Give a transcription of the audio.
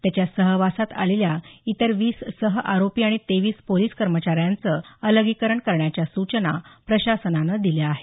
त्याच्या सहवासात आलेल्या इतर वीस सह आरोपी आणि तेवीस पोलिस कर्मचाऱ्यांचं अलगीकरण करण्याच्या सूचना प्रशासनानं दिल्या आहेत